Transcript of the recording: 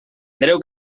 andreu